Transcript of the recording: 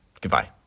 Goodbye